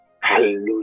Hallelujah